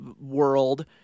world